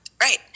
right